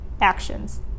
actions